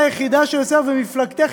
את היחידה שיצאה ממפלגתך,